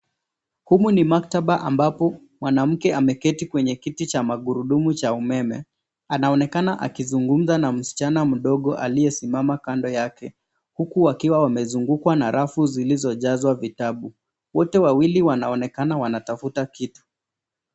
Humu ni maktaba ambapo mwanamke ameketi kwenye kiti cha magurudumu cha umeme. Anaonekana akizungumza na msichana mdogo aliyesimama kando yake huku wakiwa wamezungukwa na rafu zilizojazwa vitabu. Wote wawili wanaonekana wanatafuta kitu.